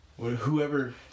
Whoever